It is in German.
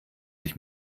ich